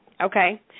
okay